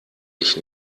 ich